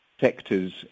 sectors